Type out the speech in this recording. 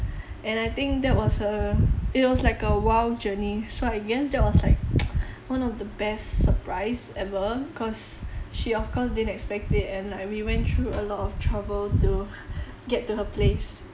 and I think that was a it was like a wild journey so I guess that was like one of the best surprise ever cause she of course didn't expect it and like we went through a lot of trouble to get to her place